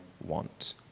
want